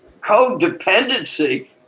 Codependency